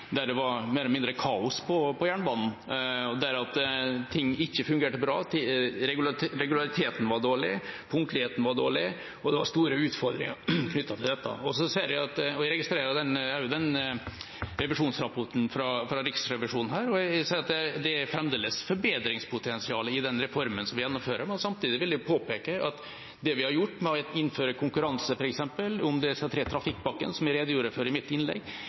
det var mer eller mindre kaos på jernbanen, og der ting ikke fungerte bra. Regulariteten var dårlig, punktligheten var dårlig, og det var store utfordringer knyttet til dette. Jeg registrerer også revisjonsrapporten fra Riksrevisjonen, og jeg ser at det fremdeles er forbedringspotensial i den reformen som vi gjennomfører. Samtidig vil jeg påpeke at det vi har gjort med å innføre konkurranse – f.eks. i de tre trafikkpakkene som jeg redegjorde for i mitt innlegg